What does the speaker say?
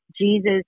Jesus